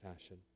fashion